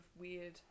weird